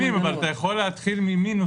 לא בסכומים, אבל אתה יכול להתחיל ממינוסים.